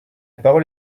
parole